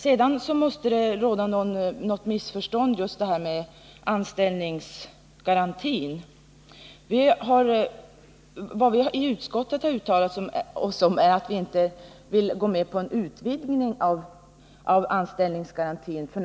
Det måste råda något missförstånd om anställningsgarantin. I utskottet har vi uttalat att vi inte vill gå med på en utvidgning av anställningsgarantin f. n.